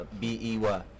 B-E-Y